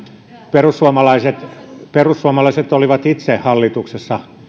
perussuomalaiset perussuomalaiset olivat itse hallituksessa